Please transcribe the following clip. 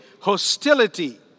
hostility